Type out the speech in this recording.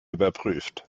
überprüft